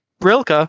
Rilke